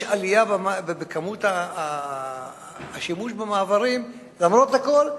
יש עלייה בשימוש במעברים למרות הכול,